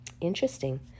Interesting